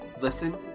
Listen